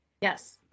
Yes